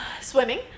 swimming